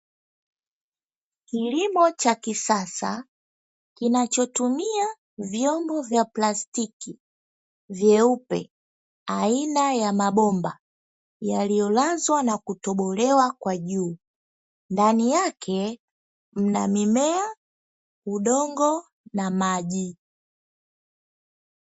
Kilimo cha kisasa kinachotumia vyombo vya plastiki vyeupe aina ya mabomba yaliyolazwa na kutobolewa kwa juu. Ndani yake kuna mimea, udongo na maji.